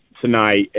tonight